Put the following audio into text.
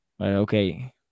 Okay